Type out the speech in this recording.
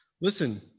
Listen